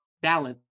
balance